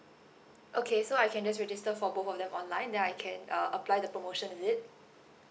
okay so I can just register for both of them online then I can uh apply the promotion is it